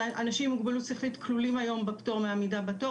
אנשים עם מוגבלות שכלית כלולים היום בפטור מעמידה בתור